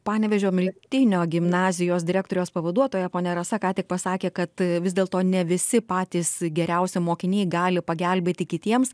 panevėžio miltinio gimnazijos direktorės pavaduotoja ponia rasa ką tik pasakė kad vis dėlto ne visi patys geriausi mokiniai gali pagelbėti kitiems